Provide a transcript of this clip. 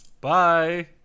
bye